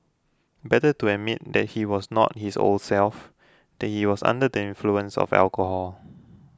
better to admit that he was not his old self that he was under the influence of alcohol